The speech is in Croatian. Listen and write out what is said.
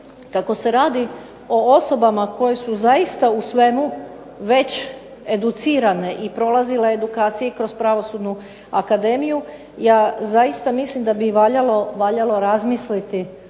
Kako se radi o osobama koje su zaista u svemu već educirane i prolazile edukacije i kroz Pravosudnu akademiju ja zaista mislim da bi valjalo razmisliti